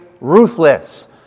ruthless